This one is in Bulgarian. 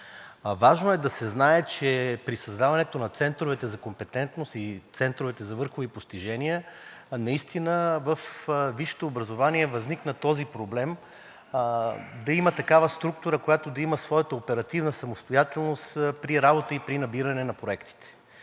важно е да се знае, че при създаването на центровете за компетентност и центровете за върхови постижения наистина във висшето образование възникна този проблем да има такава структура, която да има своята оперативна самостоятелност при работа и при набиране на проектите.